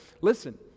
listen